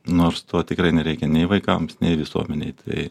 nors to tikrai nereikia nei vaikams nei visuomenei tai